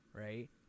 right